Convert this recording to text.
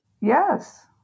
Yes